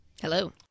Hello